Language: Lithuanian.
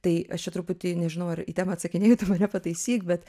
tai aš čia truputį nežinau ar į temą atsakinėju tu mane pataisyk bet